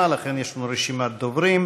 אני כמובן מעריכה זאת מאוד ואני בטוחה שכולם כאן.